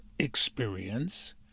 experience